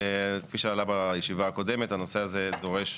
כפי שעלה בישיבה הקודמת, הנושא הזה דורש,